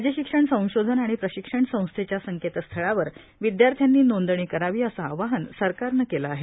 राज्य शिक्षण संशोधन आणि प्रशिक्षण संस्थेच्या संकेतस्थळावर विदयार्थ्यांनी नोंदणी करावी असं आवाहन सरकारनं केलं आहे